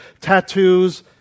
tattoos